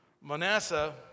Manasseh